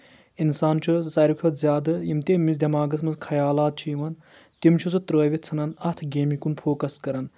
اِنسان چھُ ساروی کھۄتہٕ زیادٕ یِم تہِ أمِس دؠماغس منٛز خیالات چھِ یِوان تِم چھِ سُہ ترٲوِتھ ژھنان اتھ گیمہِ کُن فوکس کران